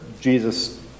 Jesus